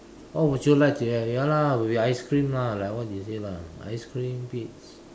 what would you like to have ya lah will be ice cream lah like what you say lah ice cream pea~